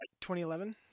2011